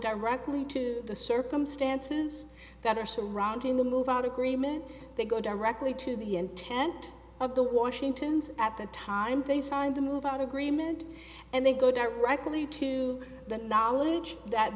directly to the circumstances that are surrounding the move out agreement they go directly to the intent of the washington's at the time they signed the move out agreement and they go directly to the knowledge that